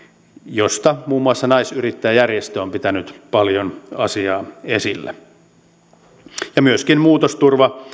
josta muun muassa naisyrittäjäjärjestö on pitänyt paljon asiaa esillä myöskin muutosturva